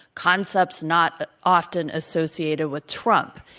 concepts not often associated with trump.